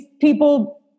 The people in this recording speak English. people